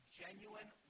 genuine